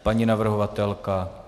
Paní navrhovatelka?